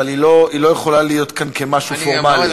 אבל היא לא יכולה להיות כאן כמשהו פורמלי.